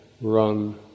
run